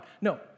No